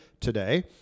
today